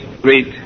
great